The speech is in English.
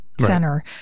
center